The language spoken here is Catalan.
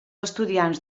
estudiants